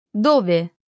Dove